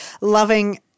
loving